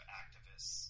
activists